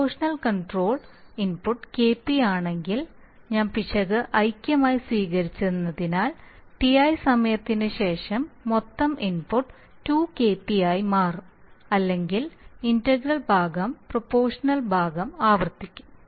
proportional control input Kp ആണെങ്കിൽ ഞാൻ പിശക് ഐക്യമായി സ്വീകരിച്ചതിനാൽ Ti സമയത്തിന് ശേഷം മൊത്തം ഇൻപുട്ട് 2 കെപി ആയി മാറും അല്ലെങ്കിൽ ഇന്റഗ്രൽ ഭാഗം പ്രൊപോഷണൽ ഭാഗം ആവർത്തിക്കും